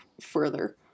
further